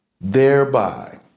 thereby